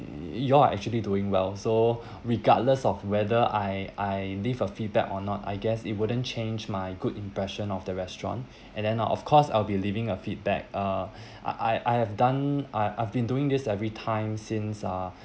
y~ you all are actually doing well so regardless of whether I I leave a feedback or not I guess it wouldn't change my good impression of the restaurant and then uh of course I'll be leaving a feedback uh I I have done I I've been doing this every time since uh